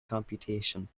computation